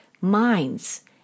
minds